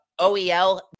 Oel